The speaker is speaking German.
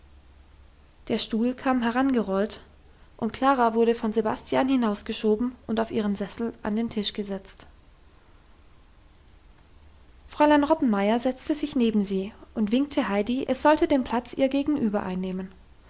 der stuhl kam herangerollt und klara wurde von sebastian hinausgeschoben und auf ihren sessel an den tisch gesetzt fräulein rottenmeier setzte sich neben sie und winkte heidi es sollte den platz ihr gegenüber einnehmen